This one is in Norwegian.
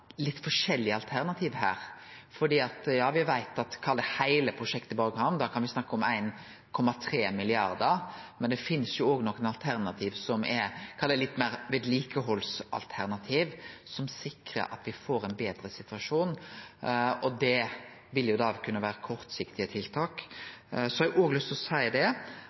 heile prosjektet Borg hamn, da kan me snakke om 1,3 mrd. kr. Men det finst jo òg nokre alternativ som er litt meir vedlikehaldsalternativ, som sikrar at me får ein betre situasjon, og det ville da kunne vere kortsiktige tiltak. Så har eg lyst til å seie